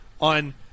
on